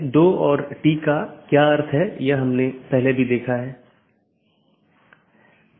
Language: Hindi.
इसलिए EBGP साथियों के मामले में जब हमने कुछ स्लाइड पहले चर्चा की थी कि यह आम तौर पर एक सीधे जुड़े नेटवर्क को साझा करता है